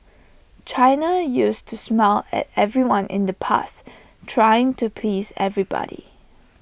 China used to smile at everyone in the past trying to please everybody